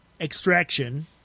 Extraction